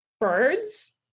birds